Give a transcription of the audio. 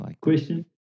Question